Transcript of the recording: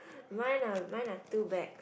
mine are mine are two bags